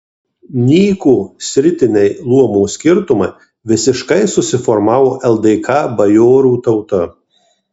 nyko sritiniai luomo skirtumai visiškai susiformavo ldk bajorų tauta